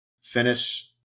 finish